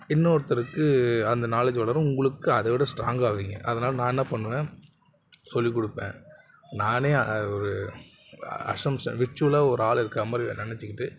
இன்னொருத்தருக்கு அந்த நாலேட்ஜ் வளரும் உங்களுக்கு அதை விட ஸ்டாங் ஆவிங்க அதனால் நான் என்ன பண்ணுவேன் சொல்லிக்கொடுப்பேன் நானே அது ஒரு அஸம்ஷன் விர்ச்சுவலாக ஒரு ஆள் இருக்கிறா மாதிரி நினச்சிக்கிட்டு